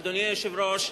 אדוני היושב-ראש,